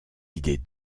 idées